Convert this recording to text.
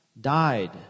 died